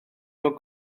nhw